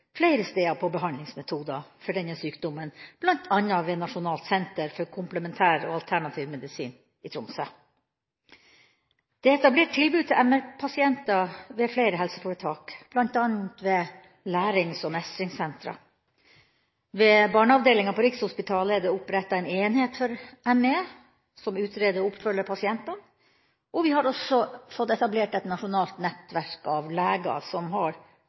flere steder på behandlingsmetoder for denne sjukdommen, bl.a. ved Nasjonalt forskningssenter innen komplementær og alternativ medisin i Tromsø. Det er etablert tilbud til ME-pasienter ved flere helseforetak, bl.a. ved lærings- og mestringssentre. Ved barneavdelingen på Rikshospitalet er det opprettet en enhet for ME, som utreder og følger opp pasientene. Vi har også etablert et nasjonalt nettverk av leger som har